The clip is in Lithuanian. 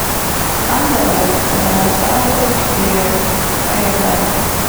anderlecht pademonstravo aikštėje ką jie gali